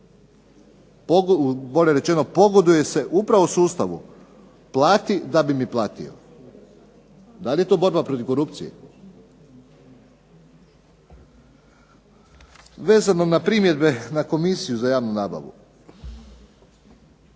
bolje rečeno pogoduje se upravo sustavu plati da bi mi platio. Da li je to borba protiv korupcije? Vezano na primjedbe na Komisiju za javnu nabavu,